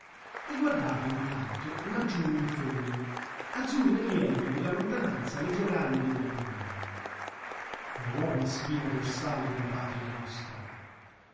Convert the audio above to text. e guardava intanto laggiù in fondo azzurre e lievi nella lontananza le giogaje degli appennini buona spina dorsale della patria nostra